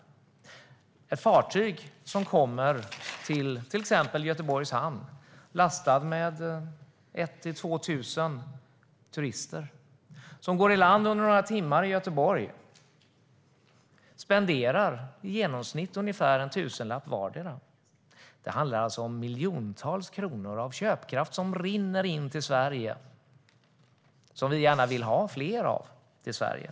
Det kan komma ett kryssningsfartyg till Göteborgs hamn lastat med 1 000-2 000 turister. De går i land under några timmar i Göteborg och spenderar i genomsnitt ungefär en tusenlapp vardera. Det handlar alltså om miljontals kronor av köpkraft och pengar som rinner in till Sverige. Vi vill gärna ha fler kryssningsturister i Sverige.